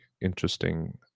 interesting